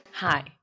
Hi